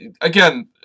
again